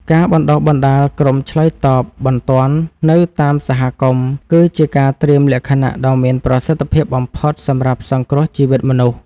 ការបណ្តុះបណ្តាលក្រុមឆ្លើយតបបន្ទាន់នៅតាមសហគមន៍ គឺជាការត្រៀមលក្ខណៈដ៏មានប្រសិទ្ធភាពបំផុតសម្រាប់សង្គ្រោះជីវិតមនុស្ស។